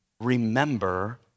remember